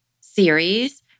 series